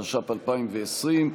התש"ף 2020,